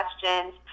questions